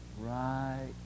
Right